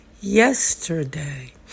Yesterday